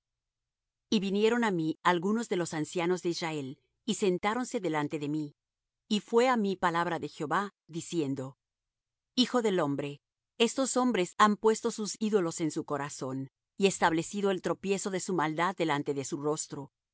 y vinieron á mí algunos de los ancianos de israel y sentáronse delante de mí y fué á mí palabra de jehová diciendo hijo del hombre estos hombres han puesto sus ídolos en su corazón y establecido el tropiezo de su maldad delante de su rostro acaso he de